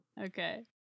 Okay